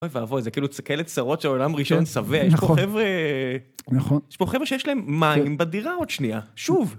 אוי ואבוי! זה כאילו צרות של עולם ראשון שבע, יש פה חבר'ה... נכון. יש פה חבר'ה שיש להם מים בדירה עוד שנייה, שוב.